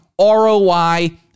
ROI